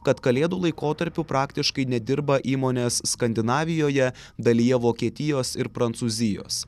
kad kalėdų laikotarpiu praktiškai nedirba įmonės skandinavijoje dalyje vokietijos ir prancūzijos